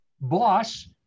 boss